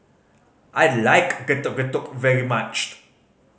I like Getuk Getuk very much